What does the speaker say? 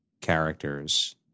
characters